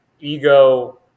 ego